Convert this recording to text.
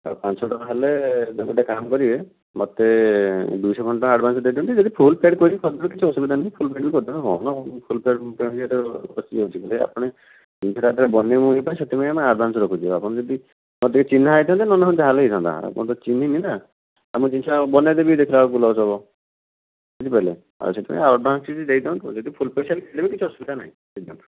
ଆଉ ପାଞ୍ଚ ଶହ ଟଙ୍କା ହେଲେ ଗୋଟେ କାମ କରିବେ ମୋତେ ଦୁଇଶହ ଖଣ୍ଡେ ଟଙ୍କା ଆଡ଼ଭାନ୍ସ ଦେଇଦିଅନ୍ତୁ ଯଦି 'ଫୁଲ୍ ପେଡ୍ କରି କରିଦେବେ କିଛି ଅସୁବିଧା ନାହିଁ ଫୋନ୍ ପେରେ କରିଦେବେ ଫୋନ୍ ପେ ଫସିଯାଉଛି ଆପଣ ଜିନିଷଟା ଯେତେବେଳେ ବନିବ ସେଥିପାଇଁ ଆମେ ଆଡ଼ଭାନ୍ସ ରଖୁଛୁ ଆପଣ ଯଦି ମୋର ଟିକେ ଚିହ୍ନା ହେଇଥାନ୍ତା ନହେଲେ ଯାହାହେଲେ ହେଇଥାନ୍ତା ଆପଣ ତ ଚିହ୍ନିନି ନା ଆମ ଜିନିଷଟା ବନାଇ ଦେବି ଦେଖିଲା ବେଳକୁ ଲସ୍ ହେବ ବୁଝିପାରିଲେ ଆଉ ସେଥିପାଇଁ ଆଡ଼ଭାନ୍ସ କିଛି ଦେଇଦିଅନ୍ତୁ ଯଦି ଫୁଲ୍ ପଇସା ବି ଦେଇଦେବେ କିଛି ଅସୁବିଧା ନାହିଁ ଦେଇଦିଅନ୍ତୁ